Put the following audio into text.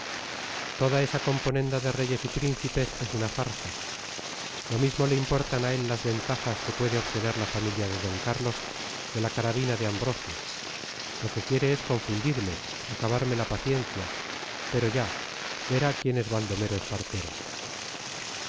toda esa componenda de reyes y príncipes es una farsa lo mismo le importan a él las ventajas que puede obtener la familia de d carlos que la carabina de ambrosio lo que quiere es confundirme acabarme la paciencia pero ya vera quién es